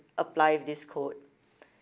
apply with this code